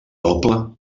poble